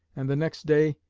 and the next day,